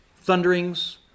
thunderings